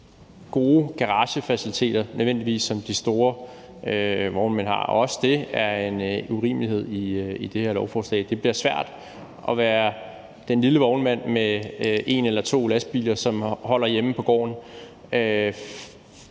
gode garagefaciliteter, som de store vognmænd har, og også det er en urimelighed i det her lovforslag. Det bliver svært at være den lille vognmand med en eller to lastbiler, som holder hjemme på gården,